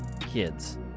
kids